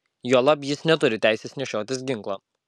juolab jis neturi teisės nešiotis ginklą